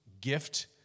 gift